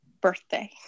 birthday